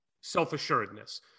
self-assuredness